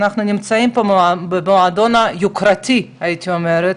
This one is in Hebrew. אנחנו נמצאים במועדון "היוקרתי" הייתי אומרת,